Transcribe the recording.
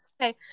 okay